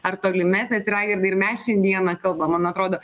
ar tolimesnės ir raigardai ir mes šiandieną kalbam man atrodo